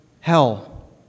hell